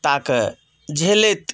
ताके झेलैत